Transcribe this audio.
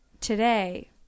today